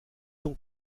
donc